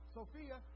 Sophia